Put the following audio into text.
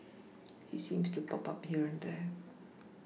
he seems to pop up here and there